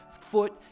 foot